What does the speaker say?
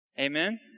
Amen